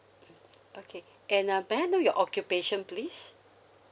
mm okay and uh may I know your occupation please